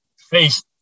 face